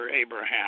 Abraham